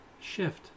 shift